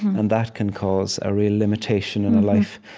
and that can cause a real limitation in a life.